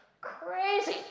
Crazy